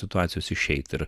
situacijos išeit ir